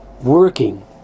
working